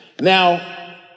Now